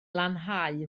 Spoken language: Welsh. lanhau